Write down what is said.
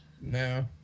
No